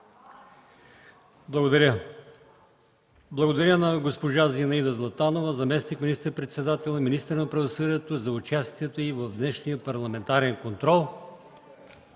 Благодаря. Благодаря на госпожа Зинаида Златанова – заместник министър-председател и министър на правосъдието, за участието й в днешния парламентарен контрол.